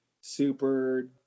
super